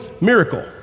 miracle